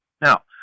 Now